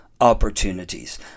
Opportunities